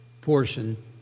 portion